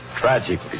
tragically